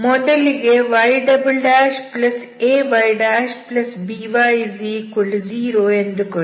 ಮೊದಲಿಗೆ yayby0 ಎಂದುಕೊಳ್ಳಿ